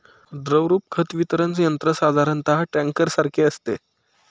द्रवरूप खत वितरण यंत्र साधारणतः टँकरसारखे असते